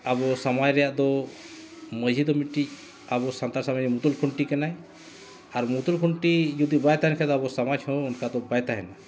ᱟᱵᱚ ᱥᱚᱢᱟᱡᱽ ᱨᱮᱱᱟᱜ ᱫᱚ ᱢᱟᱺᱡᱷᱤ ᱫᱚ ᱢᱤᱫᱴᱤᱡ ᱟᱵᱚ ᱥᱟᱱᱛᱟᱲ ᱥᱚᱢᱟᱡᱽ ᱨᱮᱱ ᱢᱩᱛᱩᱞ ᱠᱷᱩᱱᱴᱤ ᱠᱟᱱᱟᱭ ᱟᱨ ᱢᱩᱛᱩᱞ ᱠᱷᱩᱱᱴᱤ ᱡᱩᱫᱤ ᱵᱟᱭ ᱛᱟᱦᱮᱱ ᱠᱷᱟᱱ ᱫᱚ ᱟᱵᱚ ᱥᱚᱢᱟᱡᱽ ᱦᱚᱸ ᱚᱱᱠᱟ ᱫᱚ ᱵᱟᱭ ᱛᱟᱦᱮᱱᱟ